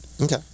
Okay